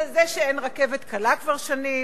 של זה שאין רכבת קלה כבר שנים,